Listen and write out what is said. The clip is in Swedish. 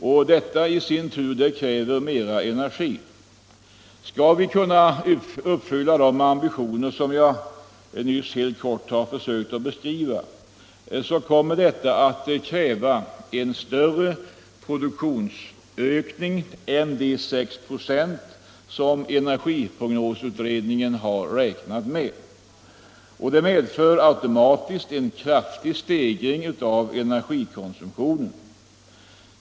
Och detta i sin tur kräver mer energi. Skall vi uppfylla de ambitioner som jag nyss har försökt beskriva kommer det att kräva en större produktionsökning än de 6 96 som energiprognosutredningen har räknat med. Och det medför automatiskt en kraftig stegring av energikonsumtionen.